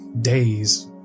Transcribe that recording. days